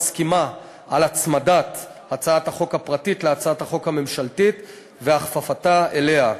ומסכימה להצמדת הצעת החוק הפרטית להצעת החוק הממשלתית והכפפתה אליה.